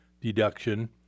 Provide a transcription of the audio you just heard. Deduction